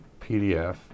PDF